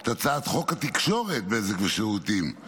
את הצעת חוק התקשורת (בזק ושידורים)